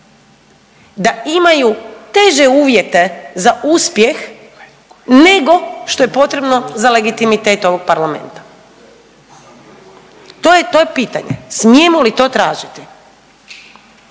da imaju teže uvjete za uspjeh nego što je potrebno za legitimitet ovog parlamenta. To je, to je pitanje, smijemo li to tražiti?